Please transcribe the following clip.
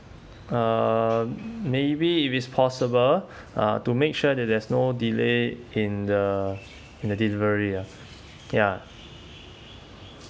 um maybe if it's possible uh to make sure that there's no delay in the in the delivery ya ya